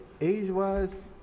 Age-wise